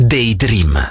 Daydream